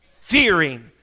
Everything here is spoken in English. fearing